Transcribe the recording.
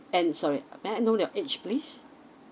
and sorry may I know your age please